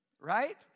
right